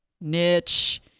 niche